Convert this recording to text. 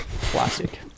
classic